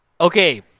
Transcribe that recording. Okay